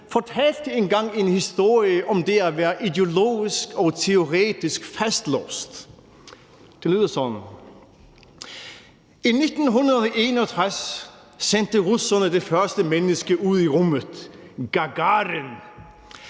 fortalte engang en historie om det at være ideologisk og teoretisk fastlåst, og den lyder sådan: I 1961 sendte russerne det første menneske ud i rummet: Gagarin.